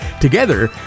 Together